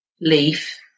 leaf